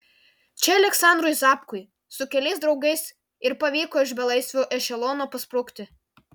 čia aleksandrui zapkui su keliais draugais ir pavyko iš belaisvių ešelono pasprukti